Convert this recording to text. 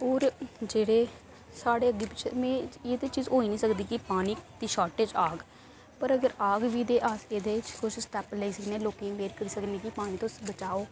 ते होर जेह्ड़े साढ़े एह् चीज़ ते होई निं सकदी कि साढ़े पानी दी शार्टेज़ औग पर अगर औग बी ते अस किश स्टैप्प लेई सकने ते लोकें गी अवेयर करी सकने कि तुस पानी बचाओ